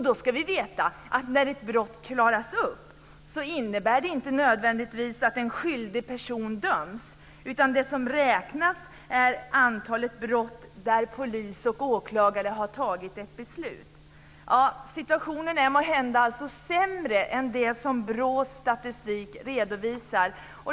Då ska vi veta att när ett brott klaras upp innebär det inte nödvändigtvis att en skyldig person döms. Det som räknas är antalet brott där polis och åklagare har fattat ett beslut. Situationen är alltså måhända sämre än det som BRÅ:s statistik redovisar.